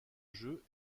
jeu